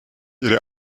ihre